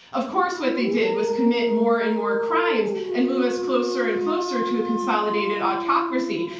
of course, what they did was commit more and more crimes and move us closer and closer to a consolidated autocracy.